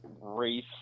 race